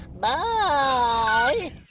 bye